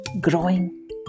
growing